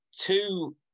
two